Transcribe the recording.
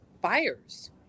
buyers